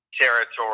territory